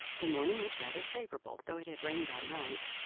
the morning was rather favourable, though it had rained all night,